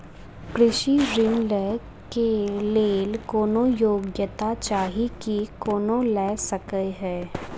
कृषि ऋण लय केँ लेल कोनों योग्यता चाहि की कोनो लय सकै है?